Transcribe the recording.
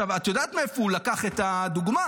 את יודעת מאיפה הוא לקח את הדוגמה?